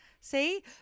See